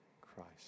Christ